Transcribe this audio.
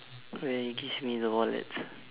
where you give me the wallet